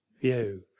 view